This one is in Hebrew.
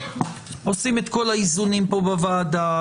עושים את כל האיזונים פה בוועדה,